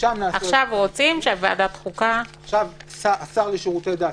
עכשיו רוצים שוועדת החוקה --- עכשיו השר לשירותי דת,